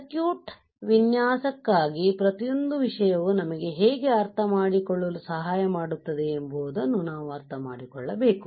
circuit ನ ವಿನ್ಯಾಸಕ್ಕಾಗಿ ಪ್ರತಿಯೊಂದು ವಿಷಯವು ನಮಗೆ ಹೇಗೆ ಅರ್ಥಮಾಡಿಕೊಳ್ಳಲು ಸಹಾಯ ಮಾಡುತ್ತದೆ ಎಂಬುದನ್ನು ನಾವು ಅರ್ಥಮಾಡಿಕೊಳ್ಳಬೇಕು